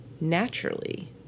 naturally